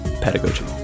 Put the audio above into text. Pedagogy